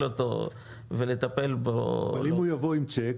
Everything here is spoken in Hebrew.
אותו ולטפל בו -- אבל אם הוא יבוא עם צ'ק?